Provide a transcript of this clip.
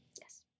yes